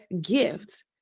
gift